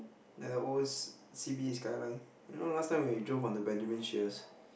ya the old C~ C_B_D skyline you know last time when you drove onto Benjamin-Sheares